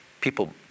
people